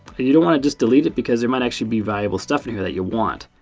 and you don't want to just delete it because there might actually be valuable stuff in here that you want.